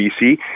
bc